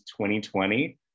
2020